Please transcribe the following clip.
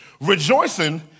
Rejoicing